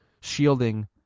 shielding